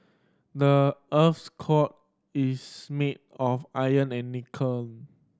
the earth's core is made of iron and nickel